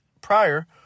prior